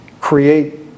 create